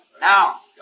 now